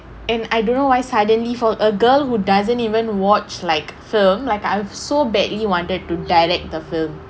and I don't know why suddenly for a girl who doesn't even watch like film like I've so badly wanted to direct the film